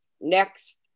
next